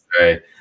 Right